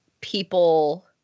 people